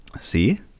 See